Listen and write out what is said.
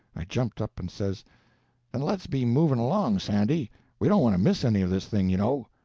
i jumped up and says then let's be moving along, sandy we don't want to miss any of this thing, you know.